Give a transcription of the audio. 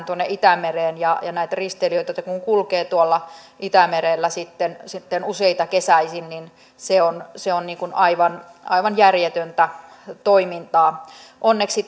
tuonne itämereen ja kun näitä risteilijöitä kulkee tuolla itämerellä useita kesäisin niin se on se on aivan aivan järjetöntä toimintaa onneksi